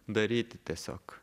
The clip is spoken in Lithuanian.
daryti tiesiog